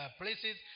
places